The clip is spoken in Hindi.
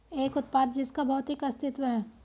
एक उत्पाद जिसका भौतिक अस्तित्व है?